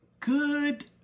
good